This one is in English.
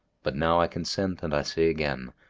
but now i consent and i say again,